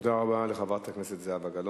תודה רבה לחברת הכנסת זהבה גלאון.